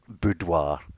boudoir